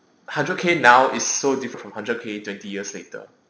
hundred K now is so different from hundred K twenty years later